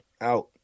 out